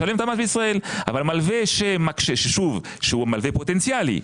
ישלם את המס בישראל אבל מלווה שהוא מלווה פוטנציאלי,